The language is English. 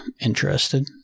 interested